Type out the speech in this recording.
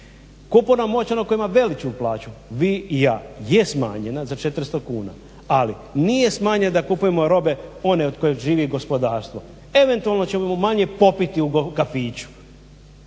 Kupovna moć onoga koji ima veliku plaću vi i ja je smanjena za 400 kuna, ali nije smanjeno da kupujemo rube one od koje živi gospodarstvo, eventualno ćemo manje popiti u kafiću.